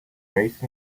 raised